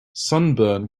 sunburn